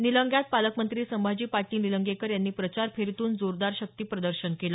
निलंग्यात पालकमंत्री संभाजी पाटील निलंगेकर यांनी प्रचार फेरीतून जोरदार शक्ती प्रदर्शन केलं